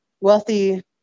wealthy